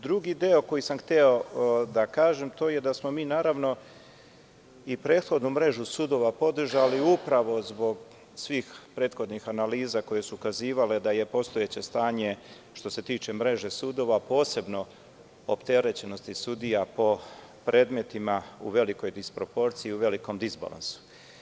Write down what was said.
Drugo, mi smo i prethodnu mrežu sudova podržali, upravo zbog svih prethodnih analiza koje su ukazivale da je postojeće stanje što se tiče mreže sudova, posebno opterećenosti sudija po predmetima, u velikoj disproporciji i u velikom disbalansu.